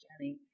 Jenny